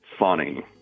Funny